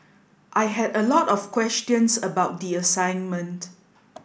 I had a lot of questions about the assignment